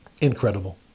incredible